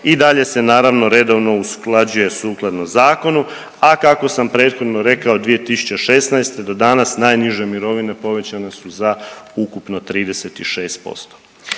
i dalje se naravno redovno usklađuje sukladno zakonu, a kako sam prethodno rekao 2016. do danas najniže mirovine povećane su za ukupno 36%.